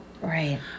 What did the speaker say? Right